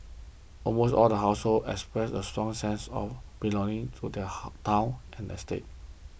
almost all households expressed a strong sense of belonging to their town and estate